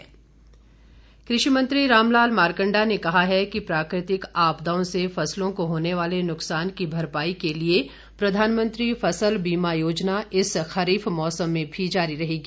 मारकण्डा कृषि मंत्री रामलाल मारकण्डा ने कहा है कि प्राकृतिक आपदाओं से फसलों को होने वाले नुकसान की भरपाई के लिए प्रधानमंत्री फसल बीमा योजना इस खरीफ मौसम में भी जारी रहेगी